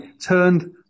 turned